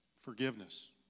Forgiveness